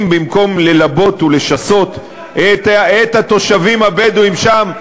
אם במקום ללבות ולשסות את התושבים הבדואים שם,